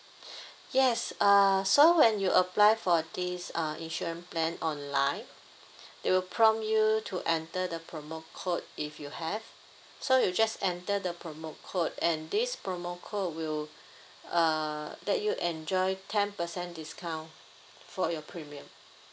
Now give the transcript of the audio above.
yes uh so when you apply for this uh insurance plan online they will prompt you to enter the promo code if you have so you just enter the promo code and this promo code will uh let you enjoy ten percent discount for your premium